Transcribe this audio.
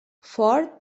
ford